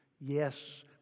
Yes